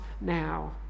now